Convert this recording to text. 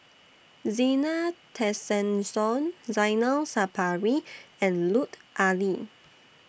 Zena Tessensohn Zainal Sapari and Lut Ali